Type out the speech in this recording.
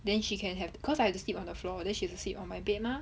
then she can have cause I have to sleep on the floor then she has to sleep on my bed mah